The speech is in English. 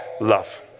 love